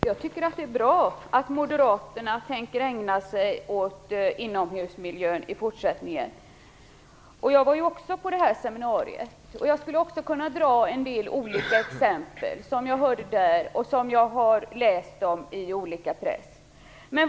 Herr talman! Det är bra att Moderaterna tänker ägna sig åt inomhusmiljön i fortsättningen. Också jag var på det seminarium som Inga Berggren nämner, och även jag skulle kunna dra en del exempel som jag hörde där och som jag har läst om på olika ställen.